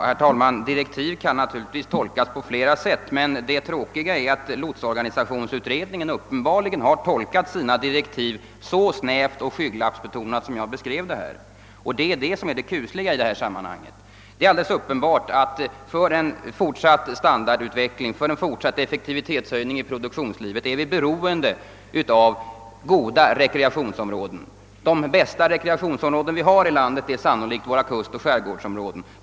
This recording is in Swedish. Herr talman! Direktiv kan naturligtvis tolkas på flera sätt, men oroande i sammanhanget är att lotsorganisationsutredningen uppenbarligen har haft anledning att tolka sina direktiv så snävt och skygglappsbetonat som jag beskrev det. Det är alldeles uppenbart att vi för en fortsatt standardutveckling och effektivitetshöjning i produktionslivet är beroende av goda rekreationsområden. De bästa rekreationsområden vi har i landet är sannolikt våra kustoch skärgårdsregioner.